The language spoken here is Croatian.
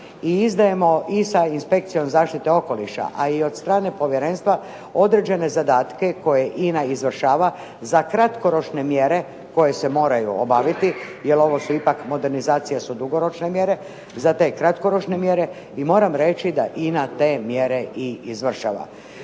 i izdajemo i sa inspekcijom zaštite okoliša a i od strane povjerenstva određene zadatke koje INA izvršava za kratkoročne mjere koje se moraju obaviti jer ovo modernizacija su ipak dugoročne mjere, za te kratkoročne mjere i moram reći da INA te mjere i izvršava.